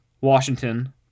Washington